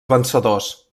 vencedors